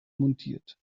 montiert